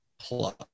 plus